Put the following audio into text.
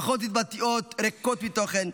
פחות התבטאויות ריקות מתוכן.